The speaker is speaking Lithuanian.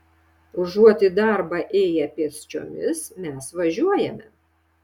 užuot į darbą ėję pėsčiomis mes važiuojame